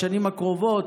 בשנים הקרובות,